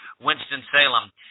Winston-Salem